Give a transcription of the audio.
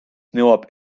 nõuab